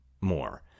more